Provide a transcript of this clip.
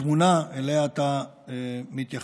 התמונה שאליה אתה מתייחס,